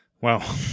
Wow